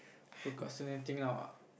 procrastinating now ah